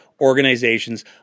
organizations